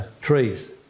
trees